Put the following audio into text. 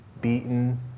beaten